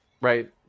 Right